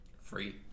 Free